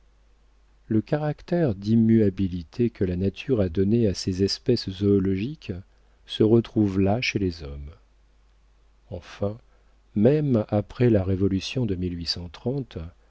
le caractère d'immuabilité que la nature a donné à ses espèces zoologiques se retrouve là chez les hommes enfin même après la révolution de